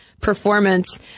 performance